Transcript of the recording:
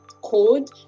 code